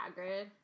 Hagrid